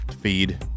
feed